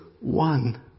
one